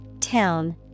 town